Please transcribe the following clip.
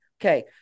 okay